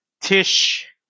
Tish